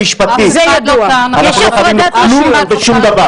יש הפרדת רשויות.